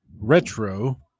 retro